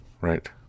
Right